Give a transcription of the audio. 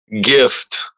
gift